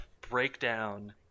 breakdown